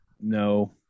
No